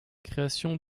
création